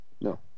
no